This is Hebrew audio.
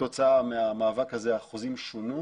כתוצרה מהמאבק הזה החוזים שונו